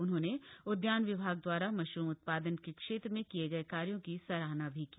उन्होंने उदयान विभाग दवारा मशरूम उत्पादन के क्षेत्र में किये गये कार्यों की सराहना की